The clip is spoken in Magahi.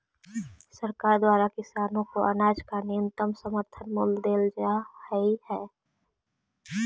सरकार द्वारा किसानों को अनाज का न्यूनतम समर्थन मूल्य देल जा हई है